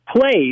plays